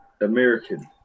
American